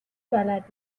بلد